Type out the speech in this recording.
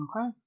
Okay